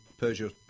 Peugeot